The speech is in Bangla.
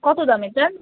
কতো দাম এটার